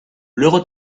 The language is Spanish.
luego